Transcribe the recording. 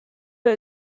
but